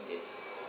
it